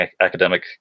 academic